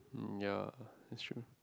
mm yeah that's true